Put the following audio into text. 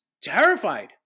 terrified